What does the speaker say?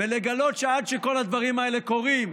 ולגלות שעד שכל הדברים האלה קורים